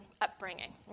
upbringing